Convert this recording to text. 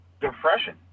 depression